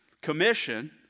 Commission